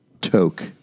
Toke